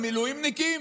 המילואימניקים?